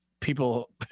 people